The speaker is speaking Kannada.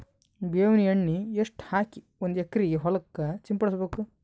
ಬೇವಿನ ಎಣ್ಣೆ ಎಷ್ಟು ಹಾಕಿ ಒಂದ ಎಕರೆಗೆ ಹೊಳಕ್ಕ ಸಿಂಪಡಸಬೇಕು?